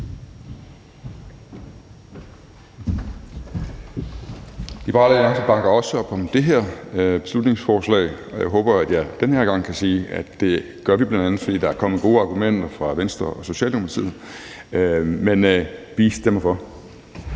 Alliance bakker også op om det her beslutningsforslag. Jeg håber, at jeg den her gang kan sige, at det gør vi, bl.a. fordi der er kommet gode argumenter fra Venstre og Socialdemokratiet. Men vi stemmer for.